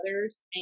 others